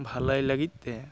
ᱵᱷᱟᱹᱞᱟᱹᱭ ᱞᱟᱹᱜᱤᱫ ᱛᱮ